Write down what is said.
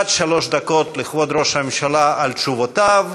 עד שלוש דקות לכבוד ראש הממשלה על תשובותיו,